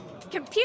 Computer